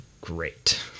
great